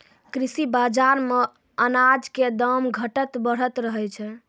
कृषि बाजार मॅ अनाज के दाम घटतॅ बढ़तॅ रहै छै